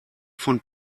von